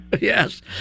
Yes